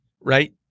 Right